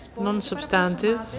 non-substantive